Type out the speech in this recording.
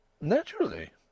Naturally